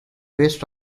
west